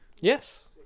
yes